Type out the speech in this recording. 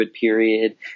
period